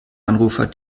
anrufer